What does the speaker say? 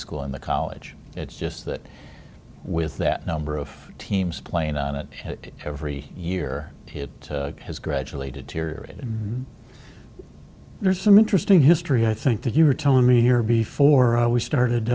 school and the college it's just that with that number of teams playing on it every year it has gradually deteriorated there's some interesting history i think that you were telling me here before we started